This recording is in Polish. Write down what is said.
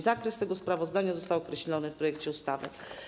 Zakres tego sprawozdania został określony w projekcie ustawy.